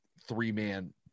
three-man